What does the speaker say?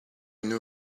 know